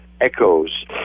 echoes